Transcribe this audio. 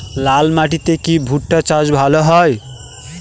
লাল মাটিতে কি ভুট্টা চাষ ভালো হয়?